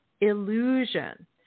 Illusion